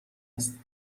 است